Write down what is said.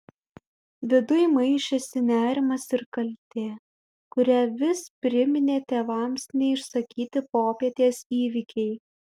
viduj maišėsi nerimas ir kaltė kurią vis priminė tėvams neišsakyti popietės įvykiai